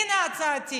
הינה הצעתי,